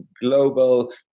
global